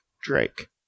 Drake